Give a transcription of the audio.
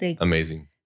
Amazing